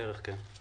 בערך, כן.